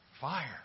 Fire